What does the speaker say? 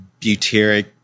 butyric